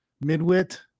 mid-wit